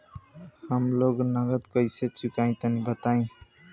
हम लोन नगद कइसे चूकाई तनि बताईं?